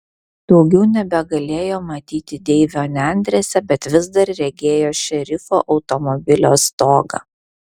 daugiau nebegalėjo matyti deivio nendrėse bet vis dar regėjo šerifo automobilio stogą